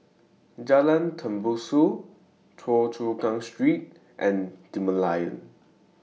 Jalan Tembusu Choa Chu Kang Street and The Merlion